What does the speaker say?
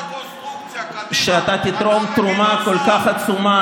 מה אתה מתערב כל הזמן?